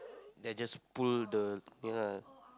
then I just pull the ya